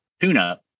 tune-up